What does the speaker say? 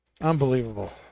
unbelievable